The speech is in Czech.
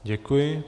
Děkuji.